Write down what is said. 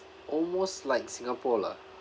almost like singapore lah